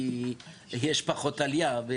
באופן טבעי כי יש פחות עלייה.